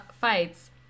fights